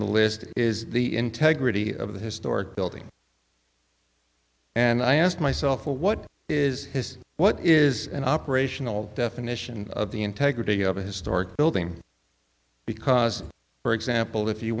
the list is the integrity of the historic building and i ask myself what is this what is an operational definition of the integrity of a historic building because for example if you